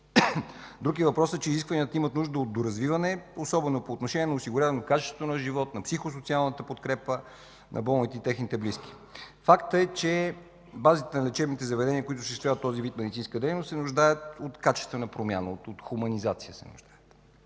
Друг е въпросът, че изискванията имат нужда от доразвиване, особено по отношение на осигуряване качеството на живот, на психосоциална подкрепа на болните и техните близки. Факт е, че базата на лечебните заведения, които осъществяват този вид медицинска дейност, се нуждае от качествена промяна, от хуманизация.